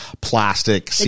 plastic